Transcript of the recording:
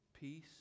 Peace